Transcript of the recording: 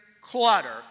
clutter